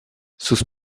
sus